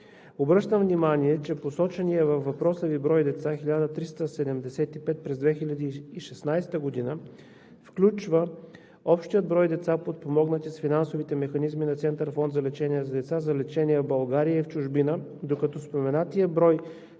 Обръщам внимание, че посоченият във въпроса Ви брой деца – 1375 през 2016 г., включва общия брой деца, подпомогнати с финансовите механизми на Център „Фонд за лечение на деца“ за лечение в България и в чужбина, докато споменатият брой